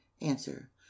Answer